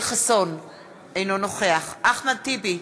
אינו נוכח אחמד טיבי,